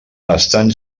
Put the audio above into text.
estan